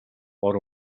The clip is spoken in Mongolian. бор